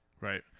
Right